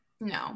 no